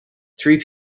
three